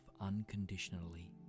unconditionally